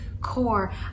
core